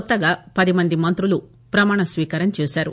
కొత్తగా పది మంది మంతులు ప్రపమాణస్వీకారం చేశారు